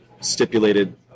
stipulated